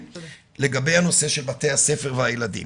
לגבי הנושא של בתי הספר והילדים